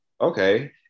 okay